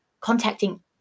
contacting